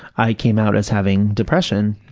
i came out as having depression,